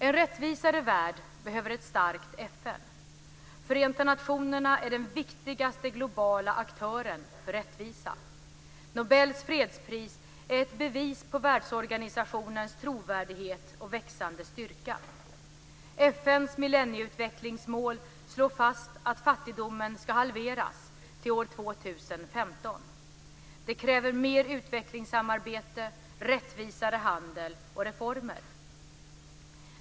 En rättvisare värld behöver ett starkt FN. Förenta nationerna är den viktigaste globala aktören för rättvisa. Nobels fredspris är ett bevis på världsorganisationens trovärdighet och växande styrka. FN:s millennieutvecklingsmål slår fast att fattigdomen ska halveras till år 2015. Det kräver mer utvecklingssamarbete, rättvisare handel och reformer.